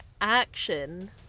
action